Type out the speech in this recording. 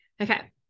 Okay